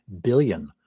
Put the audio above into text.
billion